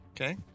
Okay